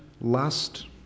lust